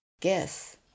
GUESS